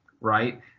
right